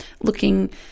looking